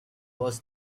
was